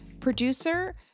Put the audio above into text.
Producer